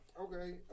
Okay